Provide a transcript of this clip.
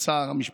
בצער המשפחות.